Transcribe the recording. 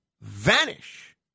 vanish